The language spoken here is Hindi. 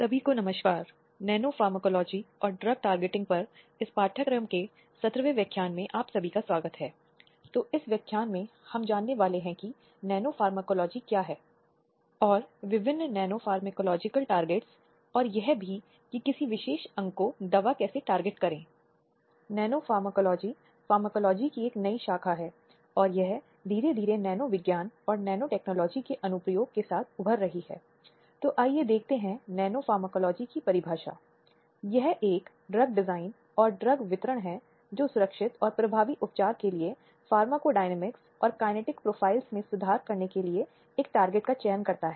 एनपीटीईएल एनपीटीईएल ऑनलाइन प्रमाणीकरण पाठ्यक्रम कोर्स ऑन लिंग भेद न्याय और कार्यस्थल सुरक्षा gender justice and workplace security द्वारा प्रो दीपा दुबे राजीव गांधी बौद्धिक संपदा विधि विद्यालय IIT खड़गपुर व्याख्यान 17 लैंगिक हिंसा भीतर और बाहर जारी नमस्कार और आप सभी का स्वागत है